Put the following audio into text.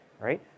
right